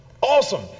Awesome